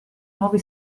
nuovi